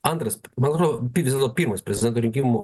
antras man atrodo vis dėlto pirmas prezidento rinkimų